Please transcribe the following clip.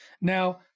Now